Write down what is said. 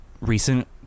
recent